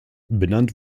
benannt